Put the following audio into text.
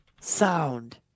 sound